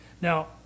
Now